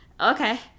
Okay